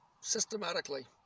systematically